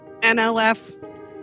NLF